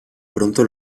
pronto